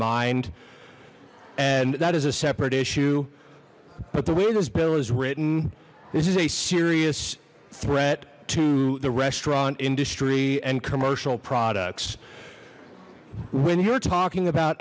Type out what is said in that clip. mind and that is a separate issue but the way this bill is written this is a serious threat to the restaurant industry and commercial products when you're talking about